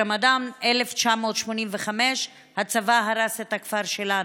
ברמדאן 1985 הצבא הרס את הכפר שלנו.